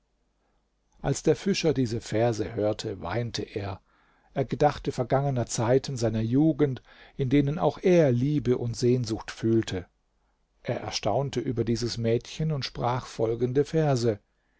als der fischer diese verse hörte weinte er er gedachte vergangener zeiten seiner jugend in denen auch er liebe und sehnsucht fühlte er erstaunte über dieses mädchen und sprach folgende verse